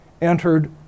entered